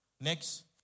Next